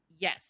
Yes